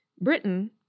Britain